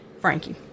Frankie